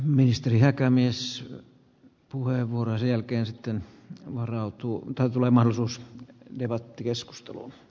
ministeri häkämies puheenvuoronsa jälkeen sitten varautuu mitä tuleman osuus debatti keskustelua